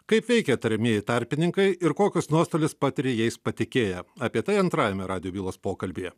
kaip veikia tariamieji tarpininkai ir kokius nuostolius patiria jais patikėję apie tai antrajame radijo bylos pokalbyje